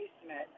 basement